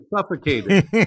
suffocated